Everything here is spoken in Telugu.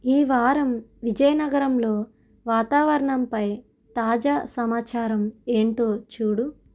ఈ వారం విజయనగరంలో వాతావరణంపై తాజా సమాచారం ఏంటో చూడు